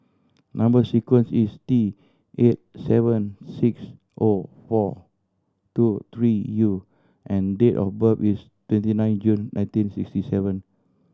number sequence is T eight seven six O four two three U and date of birth is twenty nine June nineteen sixty seven